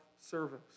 service